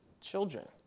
children